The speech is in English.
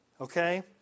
Okay